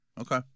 Okay